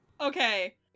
Okay